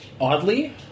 Oddly